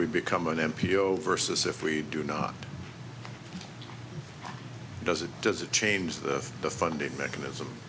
we become an m p o versus if we do not does it does it change the the funding mechanism